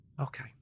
Okay